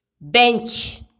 Bench